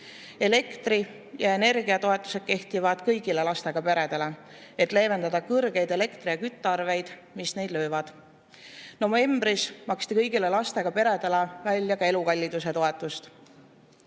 Elektri‑ ja energiatoetused kehtivad kõigile lastega peredele, et leevendada suuri elektri‑ ja küttearveid, mis nende [rahakoti pihta] löövad. Novembris maksti kõigile lastega peredele välja ka elukalliduse toetust.